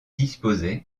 disposaient